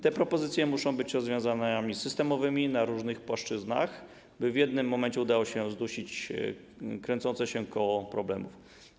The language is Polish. Te propozycje muszą być rozwiązaniami systemowymi na różnych płaszczyznach, by w jednym momencie udało się zdusić kręcące się koło problemów.